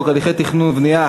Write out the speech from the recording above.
32, נגד 13, אין נמנעים.